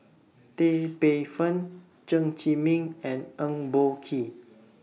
Tan Paey Fern Chen Zhiming and Eng Boh Kee